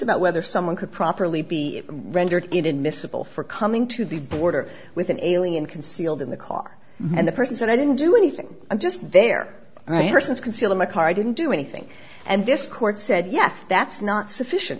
about whether someone could properly be rendered in admissible for coming to the border with an alien concealed in the car and the person said i didn't do anything i'm just their right person to conceal in my car i didn't do anything and this court said yes that's not sufficient